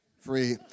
Free